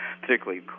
particularly